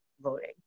voting